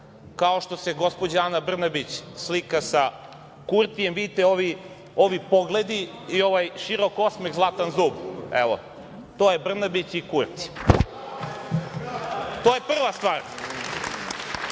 kao što se gospođa Ana Brnabić slika sa Kurtijem, vidite, ovi pogledi i ovaj širok osmeh, zlatan zub. Evo, to je Brnabić i Kurti. To je prva stvar. Druga